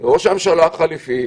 ולראש הממשלה החליפי,